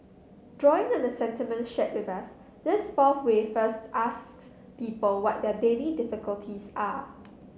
drawing on the sentiments shared with us this fourth way first asks people what their daily difficulties are